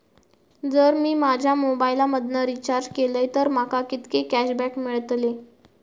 जर मी माझ्या मोबाईल मधन रिचार्ज केलय तर माका कितके कॅशबॅक मेळतले?